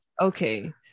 Okay